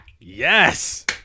Yes